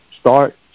start